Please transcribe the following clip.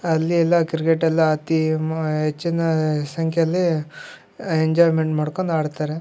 ಅಲ್ಲಿ ಎಲ್ಲ ಕ್ರಿಕೆಟೆಲ್ಲಾ ಅತಿ ಮ ಹೆಚ್ಚಿನ ಸಂಖ್ಯೆಯಲ್ಲಿ ಎಂಜಾಯ್ಮೆಂಟ್ ಮಾಡ್ಕೊಂಡು ಆಡ್ತಾರೆ